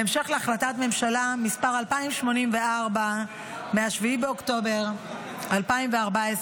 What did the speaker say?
בהמשך להחלטת ממשלה מס' 2084 מ-7 באוקטובר 2014,